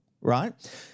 right